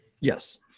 yes